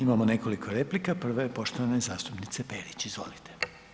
Imamo nekoliko replika, prva je poštovane zastupnice Perić, izvolite.